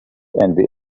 envy